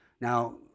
Now